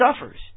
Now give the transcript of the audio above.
suffers